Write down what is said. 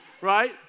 right